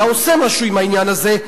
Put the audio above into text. היה עושה משהו עם העניין הזה,